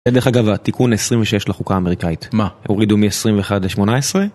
דרך אגב, התיקון 26 לחוקה האמריקאית. מה? הורידו מ-21 ל-18?